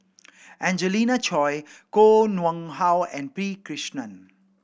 Angelina Choy Koh Nguang How and P Krishnan